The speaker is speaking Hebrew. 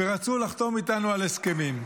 ורצו לחתום איתנו על הסכמים.